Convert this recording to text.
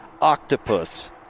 octopus